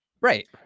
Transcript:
Right